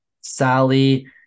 Sally